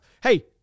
Hey